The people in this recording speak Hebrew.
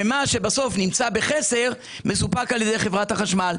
ומה שבסוף נמצא בחסר, מסופק על ידי חברת חשמל.